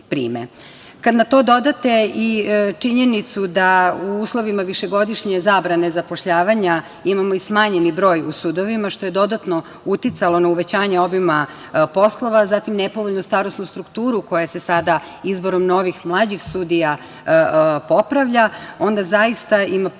na to dodate činjenicu da u uslovima višegodišnje zabrane zapošljavanja imamo i smanjeni broj u sudovima, što je dodatno uticalo na uvećanje obima poslova, zatim nepovoljnu starosnu strukturu koja se sada, izborom novih, mlađih sudija, popravlja, onda zaista ima potpuno